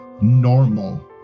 normal